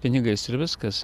pinigais ir viskas